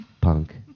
punk